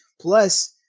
plus